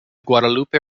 guadalupe